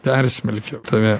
persmelkia tave